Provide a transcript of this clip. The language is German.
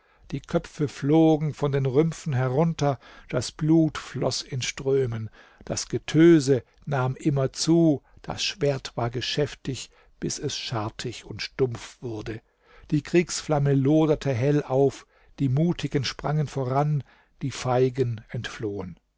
die köpfe flogen von den rümpfen herunter das blut floß in strömen das getöse nahm immer zu das schwert war geschäftig bis es schartig und stumpf wurde die kriegsflamme loderte hell auf die mutigen sprangen voran die feigen entflohen